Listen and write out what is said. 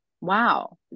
wow